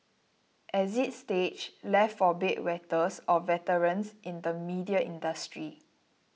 exit stage left for bed wetters or veterans in the media industry